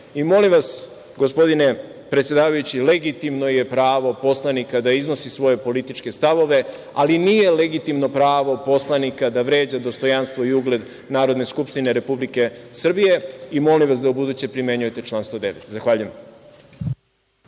vas gospodine predsedavajući, legitimno je pravo poslanika da iznosi svoje političke stavove, ali nije legitimno pravo poslanika da vređa dostojanstvo i ugled Narodne skupštine Republike Srbije i molim vas da ubuduće primenjujete član 109. Zahvaljujem.